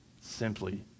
simply